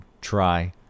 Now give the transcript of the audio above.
try